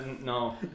No